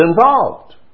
involved